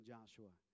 Joshua